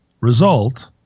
result